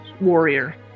warrior